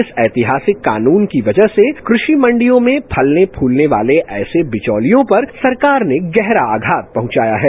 इस ऐतिहासिक कानून की वजह से कृषि मंडियों में फलने फूलने वाले ऐसे बिचौलियों पर सरकार ने गहरा आघात पहुंचाया है